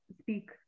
speak